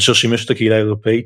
אשר שימש את הקהילה האירופית